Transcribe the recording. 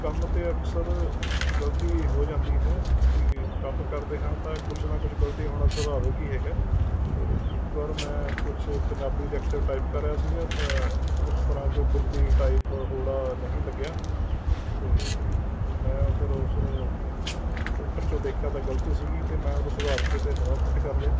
ਕੰਮ 'ਤੇ ਅਕਸਰ ਗਲਤੀ ਹੋ ਜਾਂਦੀ ਹੈ ਅਸੀਂ ਕੰਮ ਕਰਦੇ ਹਾਂ ਤਾਂ ਕੁਝ ਨਾ ਕੁਝ ਗਲਤੀ ਹੋਣਾ ਸੁਭਾਵਿਕ ਹੀ ਹੈਗਾ ਅਤੇ ਇੱਕ ਵਾਰ ਮੈਂ ਕੁਝ ਪੰਜਾਬੀ ਦੇ ਅਕਸ਼ਰ ਟਾਈਪ ਕਰ ਰਿਹਾ ਸੀਗਾ ਤਾਂ ਉਸ ਤਰ੍ਹਾਂ ਕੋਈ ਬਿੰਦੀ ਟਾਈਪ ਹੋੜਾ ਨਹੀਂ ਲੱਗਿਆ ਅਤੇ ਮੈਂ ਫਿਰ ਉਸ ਨੂੰ ਪ੍ਰਿੰਟਰ 'ਚੋਂ ਦੇਖਿਆ ਤਾਂ ਗਲਤੀ ਸੀਗੀ ਅਤੇ ਮੈਂ ਉਹਨੂੰ ਸੁਧਾਰ ਕੇ ਅਤੇ ਨਵਾਂ ਪ੍ਰਿੰਟ ਕਰ ਲਿਆ